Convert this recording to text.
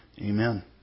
amen